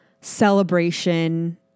celebration